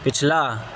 پچھلا